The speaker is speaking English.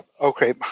okay